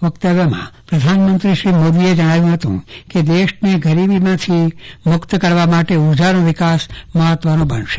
વ્યવસ્થામાં પ્રધાનમંત્રી શ્રી મોદી જણાવ્યું હતું કે દેશને ગરીબીમાંથી મુક્ત મારે કરવા ઉર્જાનો વિકાસ મહત્વનો બનશે